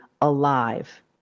alive